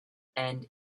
and